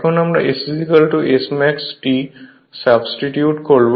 এখন আমরা S Smax T substitute করবো